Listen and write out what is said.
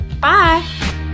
Bye